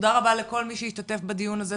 תודה רבה לכל מי שהשתתף בדיון הזה.